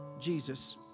Jesus